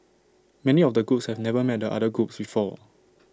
many of the groups have never met the other groups before